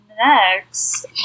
Next